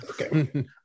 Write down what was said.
okay